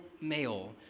male